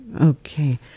Okay